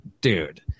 dude